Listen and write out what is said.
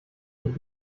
nicht